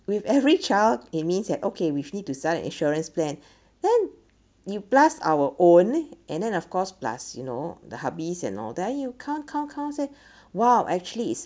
with every child it means that okay we need to sell the insurance plan then you plus our own and then of course plus you know the hubby's and all then you count count count say !wow! actually is